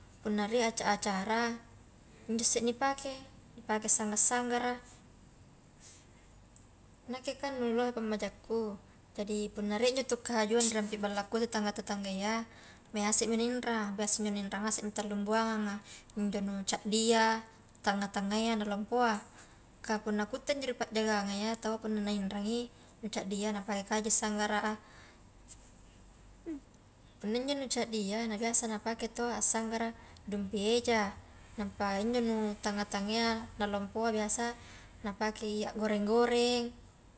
Punna rie aca-acara, injo isse nipake, nipake sangga-sanggara, nakke kan nu lohe pammajakku jadi punna rie to kahajuang rampi ballakku tetangga-tetangga ia maing ngasemi na inrang, biasa injo nainrang ngasemi tallung buanganga injo nu caddia, tanga-tangayya na lompoa, kah punna kutte injo ri pajanganga iya taua punna nainrangi njo caddia napake kaju sanggara, punna injo nu caddia na biasa napake taua assanggara dumpi eja, nampa injo nu tanga-tanga ia na lompoa biasa napakei a goreng-goreng.